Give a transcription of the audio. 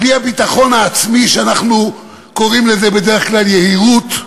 בלי הביטחון העצמי שאנחנו קוראים לו בדרך כלל יהירות.